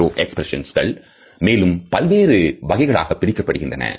micro எக்ஸ்பிரஷன்ஸ்கள் மேலும் பல்வேறு வகைகளாக பிரிக்கப்படுகின்றன